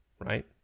right